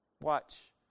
watch